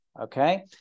Okay